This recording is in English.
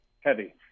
Heavy